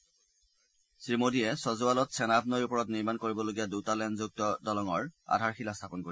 প্ৰধানমন্ত্ৰীয়ে চজৱালত চেনাব নৈৰ ওপৰত নিৰ্মাণ কৰিবলগীয়া দুটা লেনযুক্ত দলঙৰ আধাৰশিলা স্থাপন কৰিব